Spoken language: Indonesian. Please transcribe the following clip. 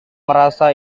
merasa